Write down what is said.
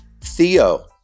Theo